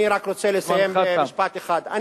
אני רק רוצה לסיים במשפט אחד.